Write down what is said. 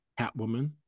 Catwoman